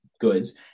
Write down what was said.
goods